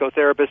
psychotherapist